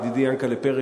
ידידי יענקל'ה פרי,